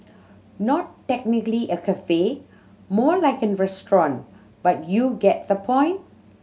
not technically a cafe more like a restaurant but you get the point